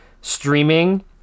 streaming